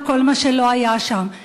או כל מה שלא היה שם,